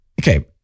Okay